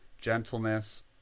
gentleness